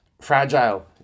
fragile